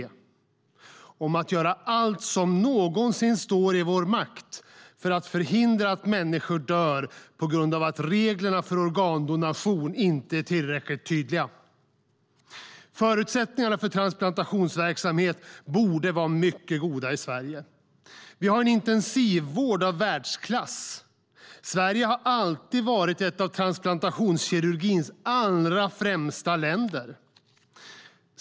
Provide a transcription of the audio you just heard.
Det handlar om att göra allt som någonsin står i vår makt för att förhindra att människor dör på grund av att reglerna för organdonation inte är tillräckligt tydliga. Förutsättningarna för transplantationsverksamhet borde vara mycket goda i Sverige. Vi har en intensivvård av världsklass. Sverige har alltid varit ett av transplantationskirurgins allra främsta länder.